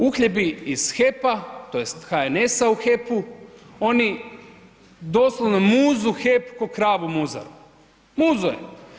Uhljebi iz HEP-a tj. iz HNS-a u HEP-u oni doslovno muzu HEP ko kravu muzaru, muzu je.